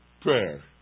prayer